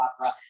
opera